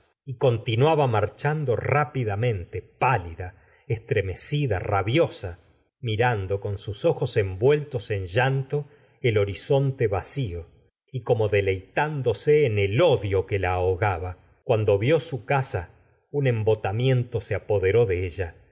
y continuaba marchando rápidamente pálida estremecida rabiosa mirando con sus ojos envueltos en llanto el horizonte vacío y como deleitándose en el odio que la ahogaba cuando vió su casa un embotamiento se apoderó de ella